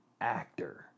actor